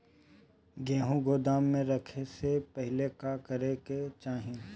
गेहु गोदाम मे रखे से पहिले का का करे के चाही?